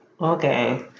okay